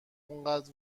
انقد